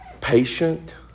patient